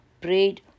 prayed